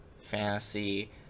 fantasy